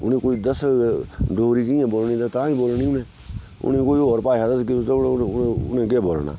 उनेंई कोई दस्सग डोगरी कियां बोलनी ते तां ही बोलनी उनें उनें कोई होर भाशा दस्सगे उद्धरूं उनें केह् बोलना